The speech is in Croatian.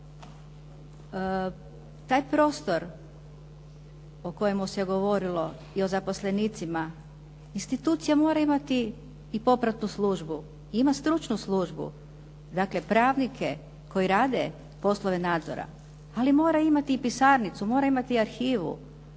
Taj prostor o kojemu se govorilo i o zaposlenicima, institucija mora imati i popratnu službu i ima stručnu službu. Dakle pravnike koje radi poslove nadzora, ali mora imati i pisarnicu, mora imati arhivu.